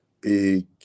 big